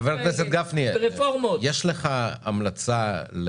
חבר הכנסת גפני, יש לך המלצה?